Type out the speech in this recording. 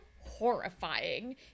horrifying